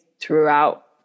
throughout